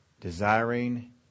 desiring